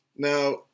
Now